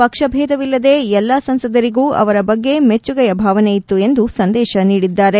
ಪಕ್ಷ ಬೇಧವಿಲ್ಲದೆ ಎಲ್ಲಾ ಸಂಸದರಿಗೂ ಅವರ ಬಗ್ಗೆ ಮೆಚ್ಚುಗೆಯ ಭಾವನೆಯಿತ್ತು ಎಂದು ಸಂದೇಶ ನೀಡಿದ್ದಾರೆ